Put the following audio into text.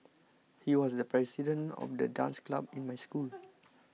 he was the president of the dance club in my school